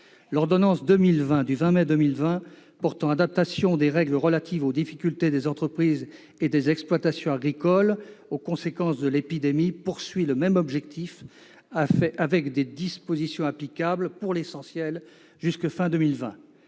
L'ordonnance n° 2020-596 du 20 mai 2020 portant adaptation des règles relatives aux difficultés des entreprises et des exploitations agricoles aux conséquences de l'épidémie poursuit le même objectif avec des dispositions applicables pour l'essentiel jusqu'à la fin de 2020.